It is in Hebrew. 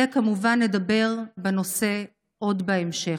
וכמובן נדבר בנושא עוד בהמשך.